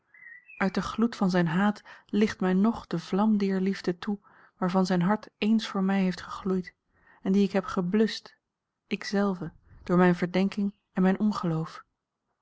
uit den gloed van zijn haat licht mij ng de vlam dier liefde toe waarvan zijn hart eens voor mij heeft gegloeid en die ik heb gebluscht ik zelve door mijne verdenking en mijn ongeloof